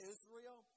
Israel